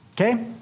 Okay